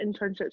internships